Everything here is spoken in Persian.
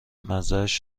مزهاش